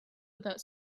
without